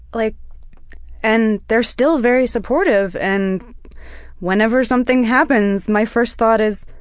like and they're still very supportive and whenever something happens, my first thought is